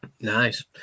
nice